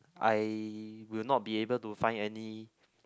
I will not be able to find any